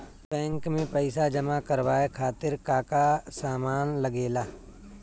Bank में पईसा जमा करवाये खातिर का का सामान लगेला?